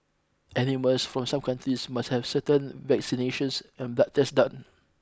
animals from some countries must have certain vaccinations and blood tests done